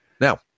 Now